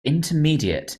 intermediate